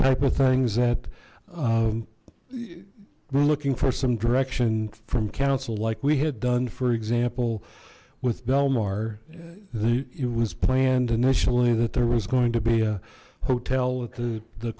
ype of things that we're looking for some direction from council like we had done for example with belmar it was planned initially that there was going to be a hotel at the the